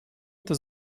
это